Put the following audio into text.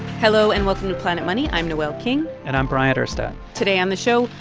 hello, and welcome to planet money. i'm noel king and i'm bryant urstadt today on the show,